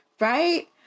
right